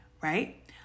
right